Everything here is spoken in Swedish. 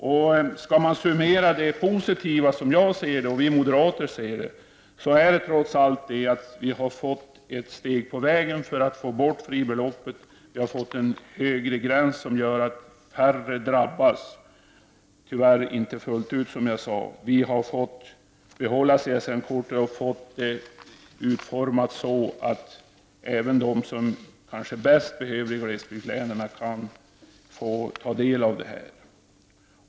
Om jag skall summera det som jag och moderaterna ser som positivt, kan jag säga att det är att ett steg på vägen trots allt har tagits för att få bort fribeloppet, att gränsen har höjts, vilket gör att färre drabbas, att CSN-kortet blir kvar och utformas så att även de som bäst behöver det, kanske i glesbygdslänen, får ta del av det.